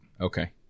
Okay